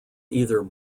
either